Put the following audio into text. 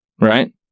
Right